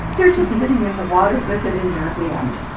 they're just sitting in the water with it in their hand